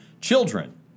children